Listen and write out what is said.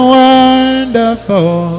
wonderful